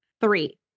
three